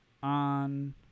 on